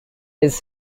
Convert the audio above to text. his